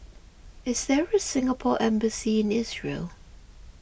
is there a Singapore Embassy in Israel